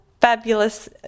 fabulous